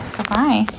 Goodbye